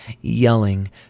yelling